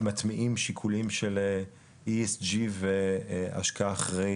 מטמיעים שיקולים של ESG והשקעה אחראית,